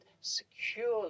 securely